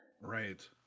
Right